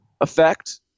effect